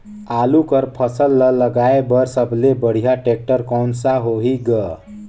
आलू कर फसल ल लगाय बर सबले बढ़िया टेक्टर कोन सा होही ग?